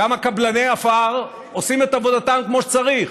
כמה קבלני עפר עושים את עבודתם כמו שצריך.